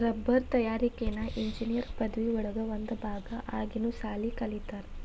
ರಬ್ಬರ ತಯಾರಿಕೆನ ಇಂಜಿನಿಯರ್ ಪದವಿ ಒಳಗ ಒಂದ ಭಾಗಾ ಆಗಿನು ಸಾಲಿ ಕಲಿತಾರ